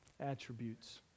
attributes